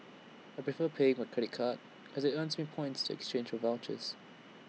I prefer paying by credit card as IT earns me points to exchange for vouchers